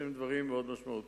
שהם דברים מאוד משמעותיים.